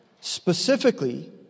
specifically